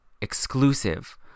exclusive